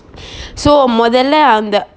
so மொதல்ல அந்த:modalla vantha